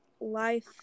life